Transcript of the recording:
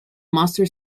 master